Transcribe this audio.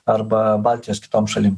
arba baltijos kitom šalim